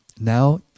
Now